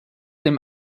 dem